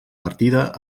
partida